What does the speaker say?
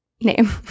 name